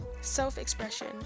self-expression